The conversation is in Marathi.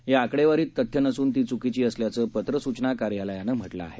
या आकडेवारीत तथ्य नसून ती चुकीची असल्याचं पत्र सूचना कार्यालयानं म्हटलं आहे